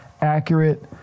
accurate